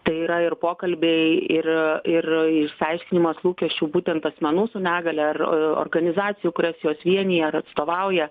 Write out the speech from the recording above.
tai yra ir pokalbiai ir ir išaiškinimas lūkesčių būtent asmenų su negalia ar organizacijų kurios juos vienija ar atstovauja